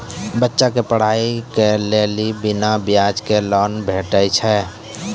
बच्चाक पढ़ाईक लेल बिना ब्याजक लोन भेटै छै?